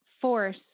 force